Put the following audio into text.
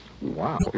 Wow